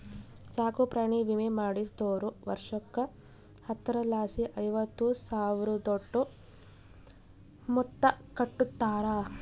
ಸಾಕುಪ್ರಾಣಿ ವಿಮೆ ಮಾಡಿಸ್ದೋರು ವರ್ಷುಕ್ಕ ಹತ್ತರಲಾಸಿ ಐವತ್ತು ಸಾವ್ರುದೋಟು ಮೊತ್ತ ಕಟ್ಟುತಾರ